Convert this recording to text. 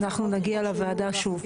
נכון, אנחנו נגיע לוועדה שוב.